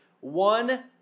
one